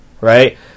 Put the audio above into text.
right